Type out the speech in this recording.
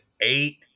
eight